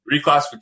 reclassification